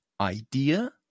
idea